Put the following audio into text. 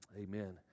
Amen